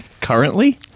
Currently